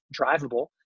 drivable